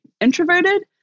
introverted